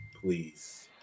Please